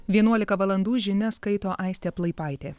vienuolika valandų žinias skaito aistė plaipaitė